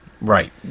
Right